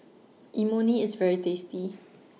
Imoni IS very tasty